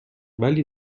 ولی